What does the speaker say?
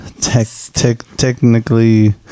Technically